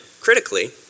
critically